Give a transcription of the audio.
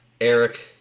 Eric